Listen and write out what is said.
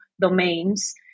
domains